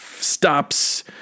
stops